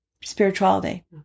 spirituality